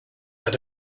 had